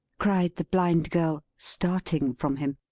cried the blind girl, starting from him.